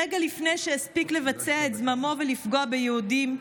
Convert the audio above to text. רגע לפני שהספיק לבצע את זמנו ולפגוע ביהודים,